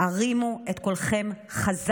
הרימו את קולכם חזק.